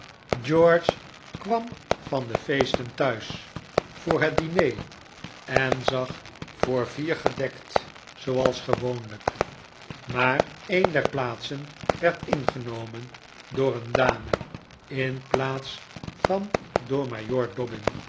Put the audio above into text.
george kwam van de feesten thuis voor het diner en zag voor vier gedekt zooals gewoonlijk maar een der plaatsen werd ingenomen door een dame in plaats van door